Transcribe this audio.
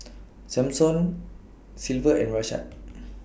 Samson Silver and Rashaad